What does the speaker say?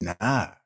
nah